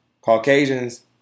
Caucasians